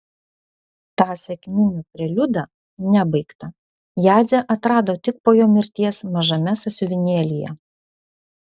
tą sekminių preliudą nebaigtą jadzė atrado tik po jo mirties mažame sąsiuvinėlyje